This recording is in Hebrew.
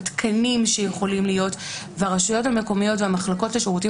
התקנים שיכולים להיות - והרשויות המקומיות והמחלקות לשירותים